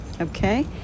okay